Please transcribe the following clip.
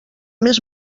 més